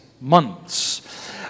months